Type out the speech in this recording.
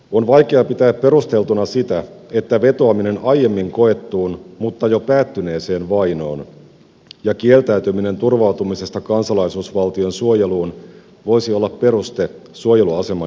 on vaikea pitää perusteltuna sitä että vetoaminen aiemmin koettuun mutta jo päättyneeseen vainoon ja kieltäytyminen turvautumisesta kansalaisuusvaltion suojeluun voisi olla peruste suojeluaseman jatkamiselle